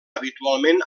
habitualment